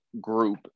group